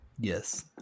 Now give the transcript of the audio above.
Yes